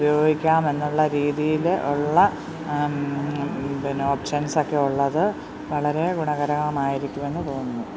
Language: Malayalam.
ഉപയോഗിക്കാമെന്നുള്ള രീതിയിൽ ഉള്ള പിന്നെ ഓപ്ഷൻസൊക്കെയുള്ളത് വളരെ ഗുണകരമായിരിക്കുമെന്ന് തോന്നുന്നു